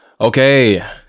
Okay